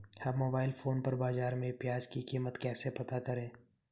हम mobile phone पर बाज़ार में प्याज़ की कीमत कैसे पता करें?